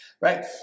Right